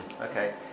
Okay